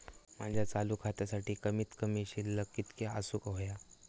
माझ्या चालू खात्यासाठी कमित कमी शिल्लक कितक्या असूक होया?